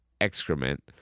excrement